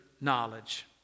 knowledge